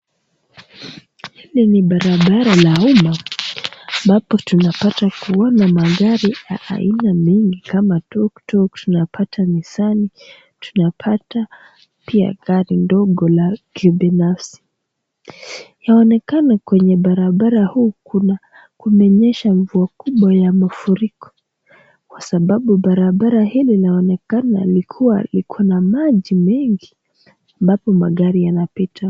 Hii ni barabara la umma ambapo tunapata kuona magari ya aina mingi kama tuktuk, tunapata nisani tunapata pia gari ndogo la kibinafsi. Yaonekana kwenye barabara huu kuna kumenyesha mvua kubwa ya mafuriko kwa sababu barabara hili laonekana likikuwa liko na maji mengi ambapo magari yanapita.